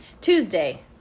Tuesday